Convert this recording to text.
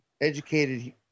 Educated